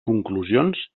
conclusions